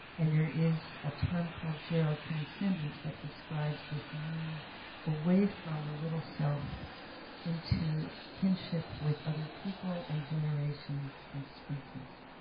and there is a term called gerotranscendence that describes this move away from the little self into kinship with other people and generations and species.